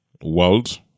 world